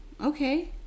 okay